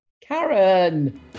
Karen